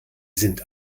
sind